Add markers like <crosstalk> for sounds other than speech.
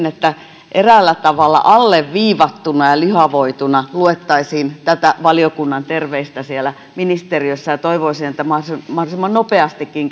<unintelligible> että eräällä tavalla alleviivattuna ja lihavoituna luettaisiin tätä valiokunnan terveistä siellä ministeriössä ja toivoisin että mahdollisimman nopeastikin <unintelligible>